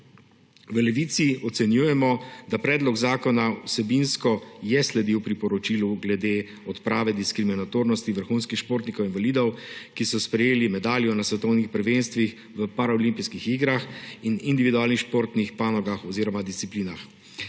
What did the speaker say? V Levici ocenjujemo, da je predlog zakona vsebinsko sledil priporočilu glede odprave diskriminatornosti vrhunskih športnikov invalidov, ki so prejeli medaljo na svetovnih prvenstvih v paraolimpijskih kolektivnih in individualnih športnih panogah oziroma disciplinah.